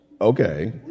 Okay